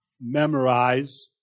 memorize